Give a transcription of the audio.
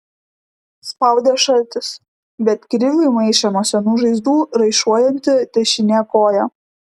spaudė šaltis bet kriviui maišė nuo senų žaizdų raišuojanti dešinė koja